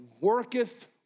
worketh